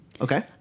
Okay